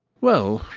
well,